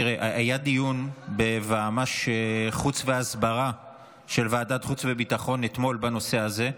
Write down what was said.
אתמול היה דיון בוועמ"ש חוץ והסברה של ועדת חוץ וביטחון בנושא הזה,